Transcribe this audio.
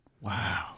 Wow